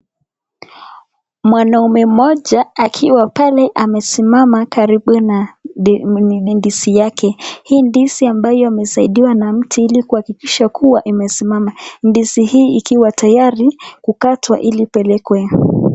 Mwanaume mmoja akiwa pale amesimama karibu na ndizi yake. Hii ndizi ambayo amesaidiwa na mti kuhakikisha kuwa imesimama. Ndizi hii ikiwa tayari kukatwa ili ipelekwe.